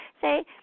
say